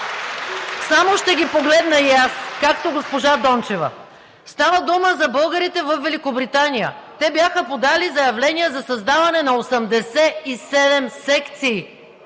Само ще ги погледна и аз, както госпожа Дончева. Става дума за българите във Великобритания. Те бяха подали заявления за създаване на 87 секции,